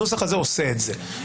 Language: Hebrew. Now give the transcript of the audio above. הנוסח הזה עושה את זה.